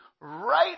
right